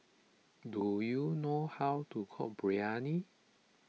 do you know how to cook Biryani